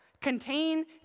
contain